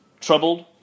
troubled